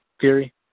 theory